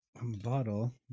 bottle